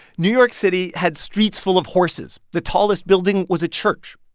new york city had streets full of horses. the tallest building was a church.